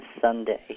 Sunday